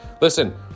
Listen